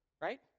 right